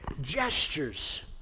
gestures